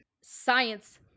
science